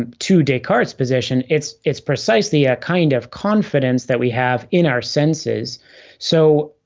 um to descartes position, it's it's precisely a kind of confidence that we have in our senses so,